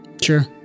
Sure